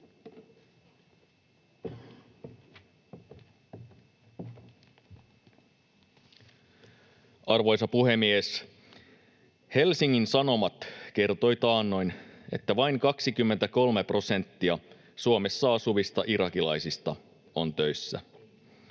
Arvoisa puhemies! Helsingin Sanomat kertoi taannoin, että vain 23 prosenttia Suomessa asuvista irakilaisista on töissä.